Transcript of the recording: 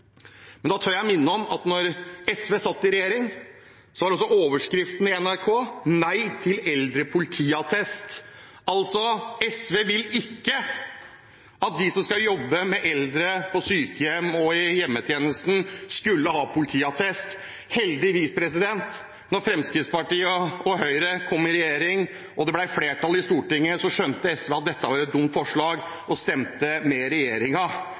jeg tør minne om at da SV satt i regjering, var overskriften i NRK: Nei til eldre-politiattest. SV ville ikke at de som skal jobbe med eldre på sykehjem og i hjemmetjenesten, skulle ha politiattest. Heldigvis, da Fremskrittspartiet og Høyre kom i regjering, og det ble flertall i Stortinget, skjønte SV at dette var et dumt forslag og stemte med